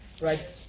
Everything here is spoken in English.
Right